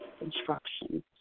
instructions